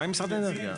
מה עם משרד האנרגיה?